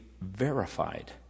verified